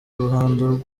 ruhando